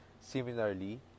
Similarly